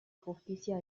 justicia